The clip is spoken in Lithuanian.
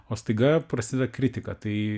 o staiga prasideda kritika tai